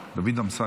דוד אמסלם.